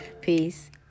peace